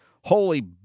Holy